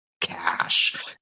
cash